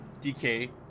DK